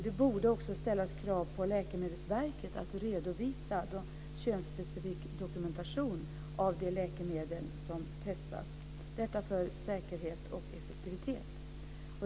Det borde också ställas krav på Läkemedelsverket att redovisa könsspecifik dokumentation av det läkemedel som testas. Detta för säkerhet och effektivitet.